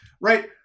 Right